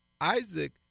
Isaac